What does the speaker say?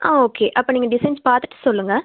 ஆ okay அப்போ நீங்கள் designs பார்த்துட்டு சொல்லுங்க